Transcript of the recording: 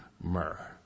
myrrh